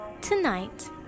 Tonight